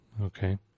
okay